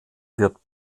wird